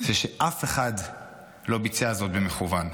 זה שאף אחד לא ביצע זאת במכוון.